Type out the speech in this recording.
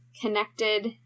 connected